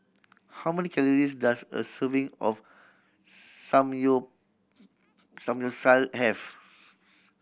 how many calories does a serving of have